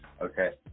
okay